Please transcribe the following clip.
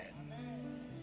amen